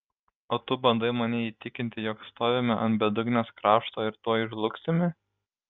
o tu bandai mane įtikinti jog stovime ant bedugnės krašto ir tuoj žlugsime